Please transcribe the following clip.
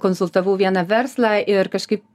konsultavau vieną verslą ir kažkai